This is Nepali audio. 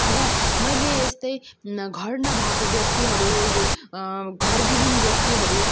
र मैले यस्तै घर नभएको व्यक्तिहरू यो घर विहिन व्यक्तिहरू